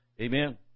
Amen